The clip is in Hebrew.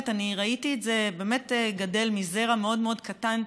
אני ראיתי את זה גדל מזרע מאוד מאוד קטן,